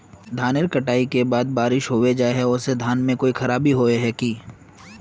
धानेर कटाई के बाद बारिश होबे जाए है ओ से धानेर में कोई खराबी होबे है की?